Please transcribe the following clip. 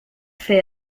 fer